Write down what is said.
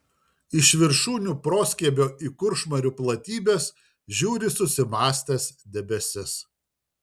iš viršūnių proskiebio į kuršmarių platybes žiūri susimąstęs debesis